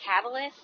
catalyst